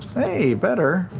hey, better.